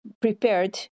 prepared